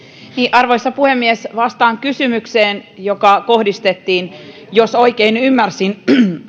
arvoisa puhemies vastaan kysymykseen joka kohdistettiin jos oikein ymmärsin